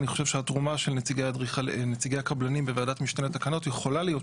אני חושב שהתרומה של נציגי הקבלנים בוועדת משנה לתקנות יכולה להיות,